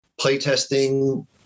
playtesting